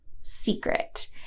secret